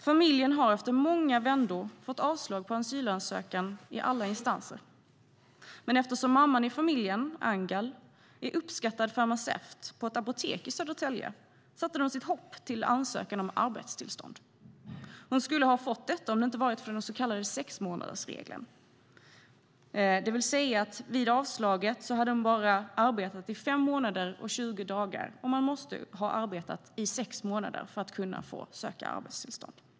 Familjen har efter många vändor fått avslag på sin asylansökan i alla instanser, men eftersom mamman i familjen, Angal, är uppskattad farmaceut på ett apotek i Södertälje satte de sitt hopp till ansökan om arbetstillstånd. Hon skulle ha fått detta om det inte hade varit för den så kallade sexmånadersregeln. Vid tidpunkten för avslaget hade hon nämligen arbetat i bara fem månader och 20 dagar, och man måste ha arbetat i sex månader för att få söka arbetstillstånd.